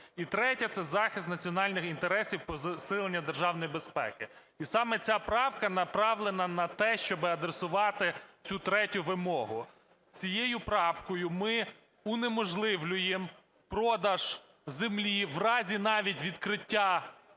І третя – це захист національних інтересів, посилення державної безпеки. І саме ця правка направлена на те, щоб адресувати цю третю вимогу. Цією правкою ми унеможливлюємо продаж землі в разі навіть відкриття цього